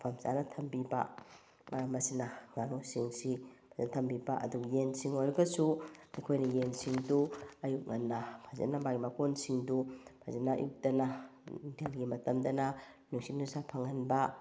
ꯃꯐꯝ ꯆꯥꯅ ꯊꯝꯕꯤꯕ ꯃꯔꯝ ꯑꯁꯤꯅ ꯉꯥꯅꯨꯁꯤꯡꯁꯤ ꯐꯖꯅ ꯊꯝꯕꯤꯕ ꯑꯗꯨꯒ ꯌꯦꯟꯁꯤꯡ ꯑꯣꯏꯔꯒꯁꯨ ꯑꯩꯈꯣꯏꯅ ꯌꯦꯟꯁꯤꯡꯗꯨ ꯑꯌꯨꯛ ꯉꯟꯅ ꯐꯖꯅ ꯃꯥꯒꯤ ꯃꯀꯣꯟꯁꯤꯡꯗꯨ ꯐꯖꯅ ꯑꯌꯨꯛꯇꯅ ꯅꯨꯡꯊꯤꯜꯒꯤ ꯃꯇꯝꯗꯅ ꯅꯨꯡꯁꯤꯠ ꯅꯨꯡꯁꯥ ꯐꯪꯍꯟꯕ